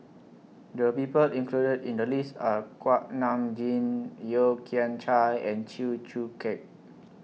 The People included in The list Are Kuak Nam Jin Yeo Kian Chai and Chew Choo Keng